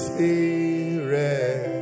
Spirit